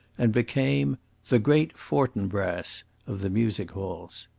and became the great fortinbras of the music-halls.